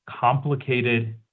complicated